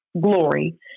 glory